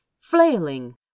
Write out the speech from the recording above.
flailing